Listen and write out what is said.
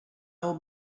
old